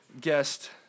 guest